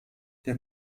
der